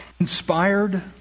inspired